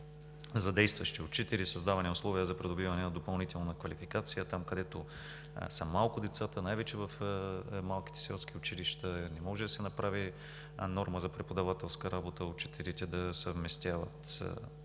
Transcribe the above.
за действащи учители и създаване на условия за придобиване на допълнителна квалификация. Там, където децата са малко – най-вече в малките селски училища, не може да се направи норма за преподавателска работа, учителите да съвместяват различни